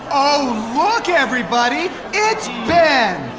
oh look everybody, it's ben.